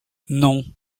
non